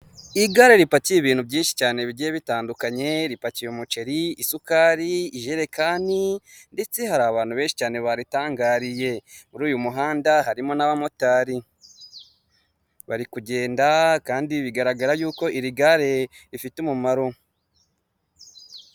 Igare ripakiye ibintu byinshi cyane bigiye bitandukanye; ripakiye umuceri, isukari, ijerekani ndetse hari abantu benshi cyane baritangariye. Muri uyu muhanda harimo n'abamotari. Bari kugenda kandi bigaragara yuko iri gare rifite umumaro.